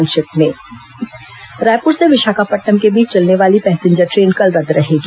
संक्षिप्त समाचार रायपुर से विशाखापट्नम के बीच चलने वाली पैसेंजर ट्रेन कल रद्द रहेगी